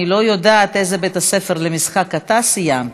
אני לא יודעת איזה בית-ספר למשחק אתה סיימת,